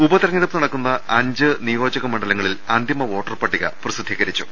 ഉപതെരഞ്ഞെടുപ്പ് നടക്കുന്ന അഞ്ച് നിയോജക മണ്ഡ്ലങ്ങളിൽ അന്തിമ വോട്ടർ പട്ടിക പ്രസിദ്ധീകരിച്ചു